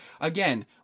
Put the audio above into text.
Again